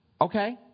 okay